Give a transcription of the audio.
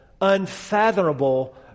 unfathomable